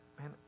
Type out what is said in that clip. man